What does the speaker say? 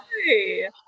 Hi